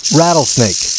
rattlesnake